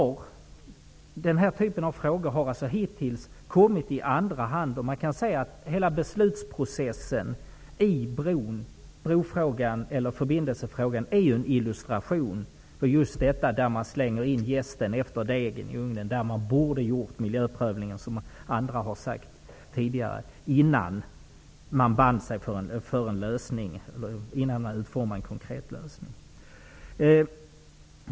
Den här typen av frågor har hittills kommit i andra hand. Hela beslutsprocessen i fråga om en förbindelse över Öresund är en illustration på just detta. Man slänger in jästen i ugnen efter degen. Man borde alltså, som andra talare har påpekat, ha gjort miljöprövningen innan man utformade en konkret lösning.